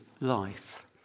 life